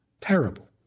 Terrible